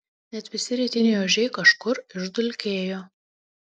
net visi rytiniai ožiai kažkur išdulkėjo